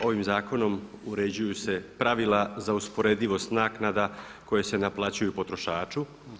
Ovim zakonom uređuju se pravila za usporedivost naknada koje se naplaćuju potrošaču.